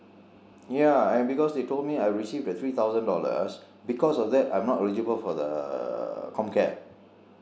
ya and because they told me I received the three thousand dollars because of that I am not eligible for the com care